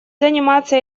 заниматься